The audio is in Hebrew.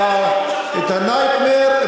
אבל, מהווה את ה-nightmare?